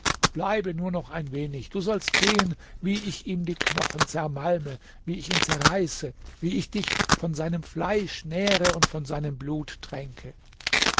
bleibe nur noch ein wenig du sollst sehen wie ich ihm die knochen zermalme wie ich ihn zerreiße wie ich dich von seinem fleisch nähre und von seinem blut tränke